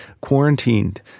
quarantined